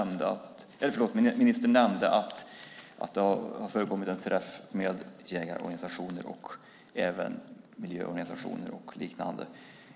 Ministern nämnde att det har förekommit en träff mellan jägarorganisationer, miljöorganisationer och liknande.